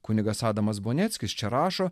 kunigas adamas bonieckis čia rašo